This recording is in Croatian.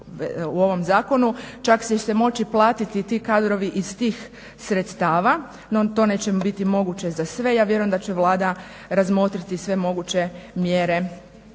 u ovom zakonu čak će se moći platiti ti kadrovi iz tih sredstava no to neće biti moguće za sve. Ja vjerujem da će Vlada razmotriti sve moguće mjere